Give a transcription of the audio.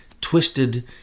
twisted